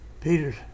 Peter's